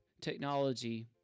technology